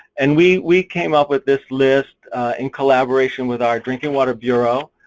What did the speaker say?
and we we came up with this list in collaboration with our drinking water bureau,